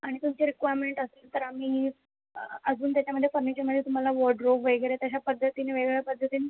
आणि तुमची रिक्वायरमेन्ट असेल तर आम्ही अजून त्याच्यामध्ये फर्निचरमध्ये तुम्हाला वॉर्डरोब वगैरे तशा पद्धतीने वेगवेगळ्या पद्धतीने करून देऊ